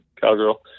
cowgirl